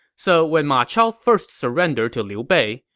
so when ma chao first surrendered to liu bei,